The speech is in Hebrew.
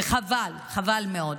וחבל, חבל מאוד.